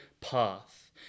path